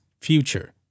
future